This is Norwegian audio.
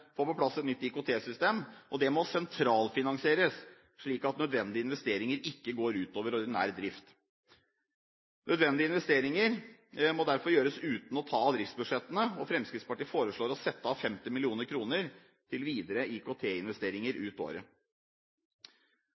og det må sentralfinansieres, slik at nødvendige investeringer ikke går ut over ordinær drift. Nødvendige investeringer må derfor gjøres uten å ta av driftsbudsjettene. Fremskrittspartiet foreslår å sette av 50 mill. kr til videre IKT-investeringer ut